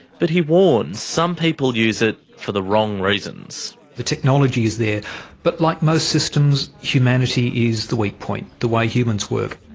but he warns some people use it for the wrong reasons. the technology is there but like most systems, humanity is the weak point, the way humans work.